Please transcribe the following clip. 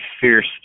fierce